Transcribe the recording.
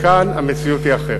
כאן המציאות היא אחרת.